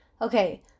Okay